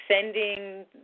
sending